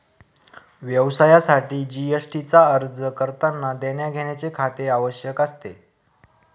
व्यवसायासाठी जी.एस.टी चा अर्ज करतांना देण्याघेण्याचे खाते आवश्यक असते